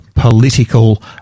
Political